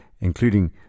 including